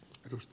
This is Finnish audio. kiitos